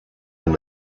when